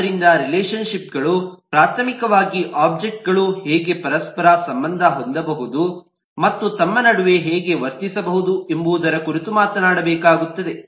ಆದ್ದರಿಂದ ರಿಲೇಶನ್ ಶಿಪ್ಗಳು ಪ್ರಾಥಮಿಕವಾಗಿ ಒಬ್ಜೆಕ್ಟ್ಗಳು ಹೇಗೆ ಪರಸ್ಪರ ಸಂಬಂಧ ಹೊಂದಬಹುದು ಮತ್ತು ತಮ್ಮ ನಡುವೆ ಹೇಗೆ ವರ್ತಿಸಬಹುದು ಎಂಬುದರ ಕುರಿತು ಮಾತನಾಡಬೇಕಾಗುತ್ತದೆ